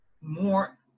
more